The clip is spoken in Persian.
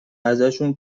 ازشون